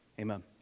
Amen